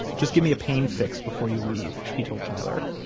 just give me a pain fix before you leave, he told tyler.